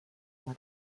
oma